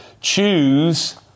Choose